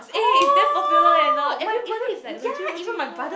eh is damn popular eh now everybody is like legit watching it now